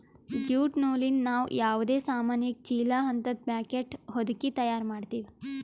jute ನೂಲಿಂದ್ ನಾವ್ ಯಾವದೇ ಸಾಮಾನಿಗ ಚೀಲಾ ಹಂತದ್ ಪ್ಯಾಕೆಟ್ ಹೊದಕಿ ತಯಾರ್ ಮಾಡ್ತೀವಿ